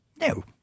No